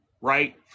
Right